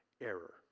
error